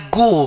go